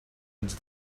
into